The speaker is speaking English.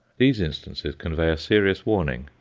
these instances convey a serious warning.